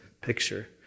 picture